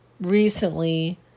recently